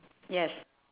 yes